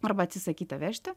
arba atsisakyta vežti